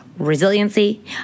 resiliency